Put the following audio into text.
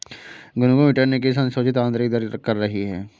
Gungun return की संशोधित आंतरिक दर कर रही है